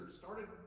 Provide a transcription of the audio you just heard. started